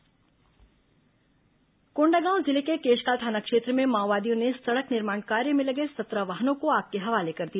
माओवादी घटना कोंडागांव जिले के केशकाल थाना क्षेत्र में माओवादियों ने सड़क निर्माण कार्य में लगे सत्रह वाहनों को आग के हवाले कर दिया